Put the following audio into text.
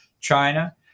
China